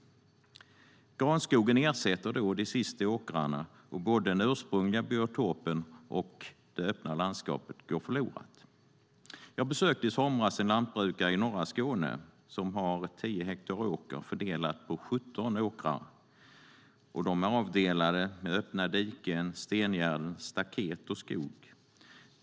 Granskogen ersätter då de sista åkrarna, och både den ursprungliga biotopen och det öppna landskapet går förlorat. Jag besökte i somras en lantbrukare i norra Skåne som har 10 hektar åker fördelat på 17 åkrar, avdelade genom öppna diken, stengärden, staket och skog.